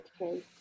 Okay